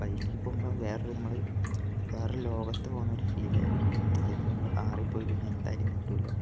ബൈക്കി പോകുമ്പോൾ വേറൊരു നമ്മൾ വേറൊരു ലോകത്ത് പോകുന്ന ഒരു ഫീലായിരിക്കും അതിപ്പം നമ്മൾ കാറിൽ പോയി കഴിഞ്ഞാൽ എന്തായാലും കിട്ടില്ല